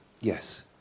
Yes